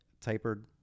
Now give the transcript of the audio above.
tapered